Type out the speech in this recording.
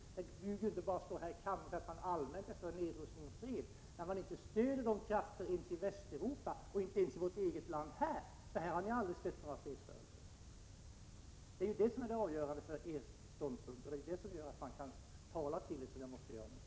Det duger inte att bara stå här i kammaren och allmänt säga att man är för nedrustning och fred, när man inte stöder dessa krafter i Västeuropa och inte ens fredsrörelserna i vårt eget land. Här har ni aldrig stött några fredsrörelser. Det är detta som är det avgörande för er ståndpunkt, och det är detta som gör att jag måste tala till er så som jag nu gör.